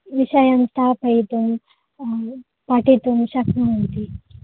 विषयं स्थापयितुं पठितुं शक्नुवन्ति